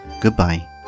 goodbye